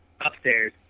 upstairs